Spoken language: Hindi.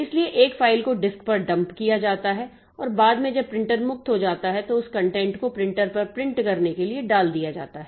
इसलिए एक फ़ाइल को डिस्क पर डंप किया जाता है और बाद में जब प्रिंटर मुक्त हो जाता है तो उस कंटेंट को प्रिंटर पर प्रिंट करने के लिए डाल दिया जाता है